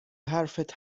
حرفت